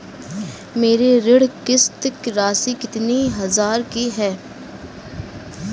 मेरी ऋण किश्त राशि कितनी हजार की है?